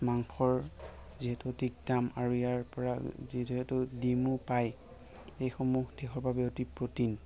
মাংসৰ যিহেতু অধিক দাম আৰু ইয়াৰ পৰা যিহেতু ডিমো পায় এইসমূহ দেহৰ বাবে এতি প্ৰ'টিন